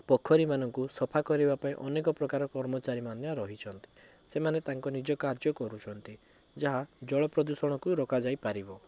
ପୋଖରୀମାନଙ୍କୁ ସଫା କରିବା ପାଇଁ ଅନେକପ୍ରକାର କର୍ମଚାରୀ ମାନେ ରହିଛନ୍ତି ସେମାନେ ତାଙ୍କ ନିଜ କାର୍ଯ୍ୟ କରୁଛନ୍ତି ଯାହା ଜଳ ପ୍ରଦୂଷଣକୁ ରୋକାଯାଇ ପାରିବ